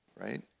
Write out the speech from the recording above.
right